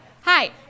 Hi